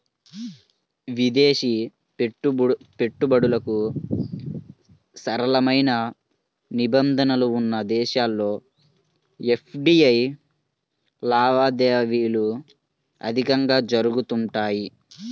విదేశీ పెట్టుబడులకు సరళమైన నిబంధనలు ఉన్న దేశాల్లో ఎఫ్డీఐ లావాదేవీలు అధికంగా జరుగుతుంటాయి